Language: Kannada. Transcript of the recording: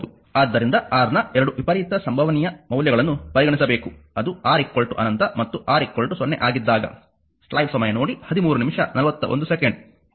ಆದ್ದರಿಂದ R ನ 2 ವಿಪರೀತ ಸಂಭವನೀಯ ಮೌಲ್ಯಗಳನ್ನು ಪರಿಗಣಿಸಬೇಕು ಅದು R ಅನಂತ ಮತ್ತು R 0 ಆಗಿದ್ದಾಗ